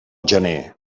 gener